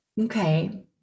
okay